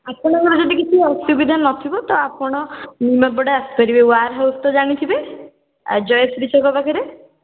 ଆପଣଙ୍କର ଯଦି କିଛି ଅସୁବିଧା ନ ଥିବ ତ ଆପଣ ନିମାପଡ଼ା ଆସିପାରିବେ ୱାର୍ ହାଉସ୍ ତ ଜାଣିଥିବେ ଜୟଶ୍ରୀ ଛକ ପାଖରେ